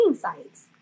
sites